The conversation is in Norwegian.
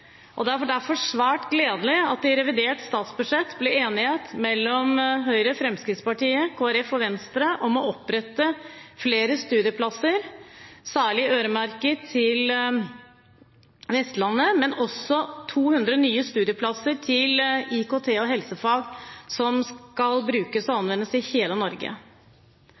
og det er derfor svært gledelig at det i revidert budsjett ble enighet mellom Høyre, Fremskrittspartiet, Kristelig Folkeparti og Venstre om å opprette flere studieplasser, særlig øremerket Vestlandet, men også 200 nye studieplasser til IKT og helsefag som skal anvendes i hele Norge.